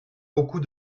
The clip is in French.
beaucoup